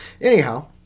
Anyhow